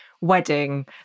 wedding